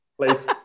Please